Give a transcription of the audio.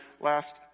last